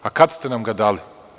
A kad ste nam ga dali?